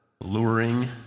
luring